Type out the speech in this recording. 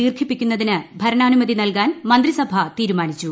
ദീർഘിപ്പിക്കുന്നതിന് ഭരണാന്റുമതി നൽകാൻ മന്ത്രിസഭ തീരുമാനിച്ചു